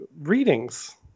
readings